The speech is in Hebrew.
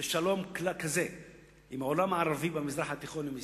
לשלום כזה של העולם הערבי במזרח התיכון עם ישראל,